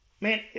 Man